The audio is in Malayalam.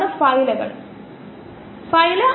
നമ്മൾ ഇത് ആന്തരികമാക്കേണ്ടതുണ്ട്